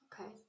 Okay